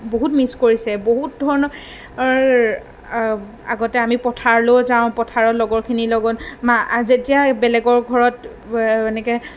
বহুত মিছ কৰিছে বহুত ধৰণৰ আগতে আমি পথাৰলৈও যাওঁ পথাৰত লগৰখিনিৰ লগত যেতিয়া বেলেগৰ ঘৰত এনেকৈ